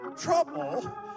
trouble